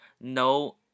No